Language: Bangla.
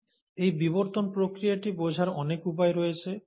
এই বিবর্তন প্রক্রিয়াটি বোঝার অনেক উপায় রয়েছে